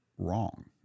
wrong